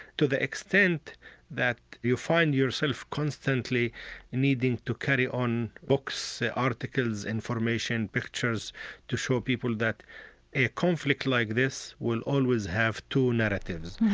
to the extent that you find yourself constantly needing to carry on books, articles, information, pictures to show people that a conflict like this will always have two narratives,